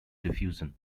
diffusion